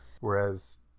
Whereas